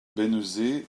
bénezet